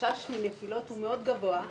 החשש מנפילות גבוה מאוד.